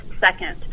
second